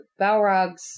Balrogs